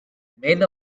men